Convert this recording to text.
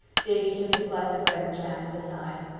davy took his slice of bread and jam with a sigh.